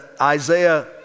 Isaiah